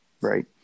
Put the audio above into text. right